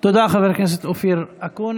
תודה, חבר הכנסת אקוניס.